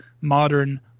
modern